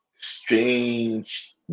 strange